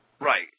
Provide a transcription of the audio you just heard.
Right